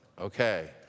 Okay